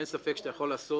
אין ספק שאתה יכול לעשות